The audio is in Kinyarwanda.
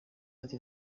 ati